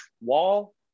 wall